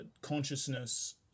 consciousness